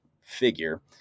figure